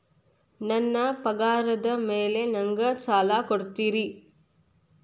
ನನ್ನ ಪಗಾರದ್ ಮೇಲೆ ನಂಗ ಸಾಲ ಕೊಡ್ತೇರಿ?